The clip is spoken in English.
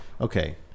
okay